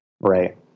right